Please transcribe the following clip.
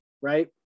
right